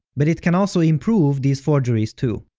but it can also improve these forgeries too.